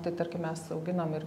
tai tarkim mes auginam ir